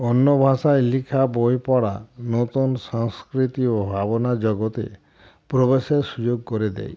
অন্য ভাষায় লিখা বই পড়া নতুন সংস্কৃতি ও ভাবনা জগতে প্রবেশের সুযোগ করে দেয়